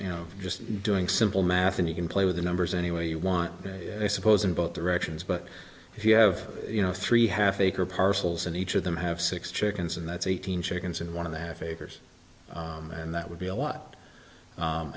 you know just doing simple math and you can play with the numbers any way you want i suppose in both directions but if you have you know three half acre parcels in each of them have six chickens and that's eight hundred chickens and one of the half acres and that would be a lot